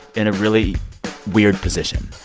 in a really weird position.